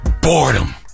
Boredom